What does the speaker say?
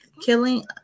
killing